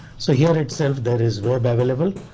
so here itself there is web available.